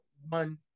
one